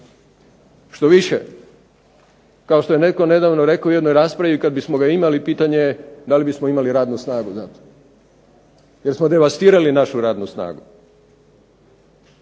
Štoviše kao što je netko nedavno rekao u jednoj raspravi kad bismo ga imali pitanje je da li bismo imali radnu snagu za to jer smo devastirali našu radnu snagu,